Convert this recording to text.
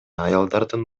аялдардын